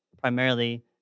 primarily